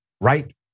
right